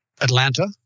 Atlanta